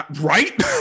right